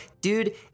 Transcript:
dude